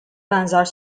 benzer